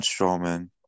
Strowman